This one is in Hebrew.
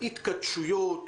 התכתשויות,